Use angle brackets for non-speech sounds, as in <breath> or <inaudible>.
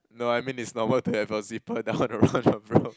no I mean it's normal to have your zipper down around your <breath> bro